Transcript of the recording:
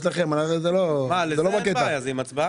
הצבעה